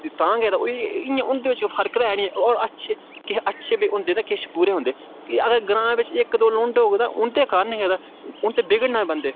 तां गै ते उ'ऐ इ'यां उं'दे च फ़र्क ते ऐ निं होर अच्छे किश अच्छे बी होंदे ते किश बुरे होंदे कि अगर ग्रांऽ बिच इक दौ लोंड होग तां उं'दे कारण गै ते उं'दे बिगड़ना बंदे